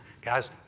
guys